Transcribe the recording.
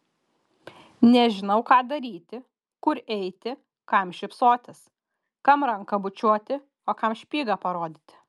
nežinau ką daryti kur eiti kam šypsotis kam ranką bučiuoti o kam špygą parodyti